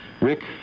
Rick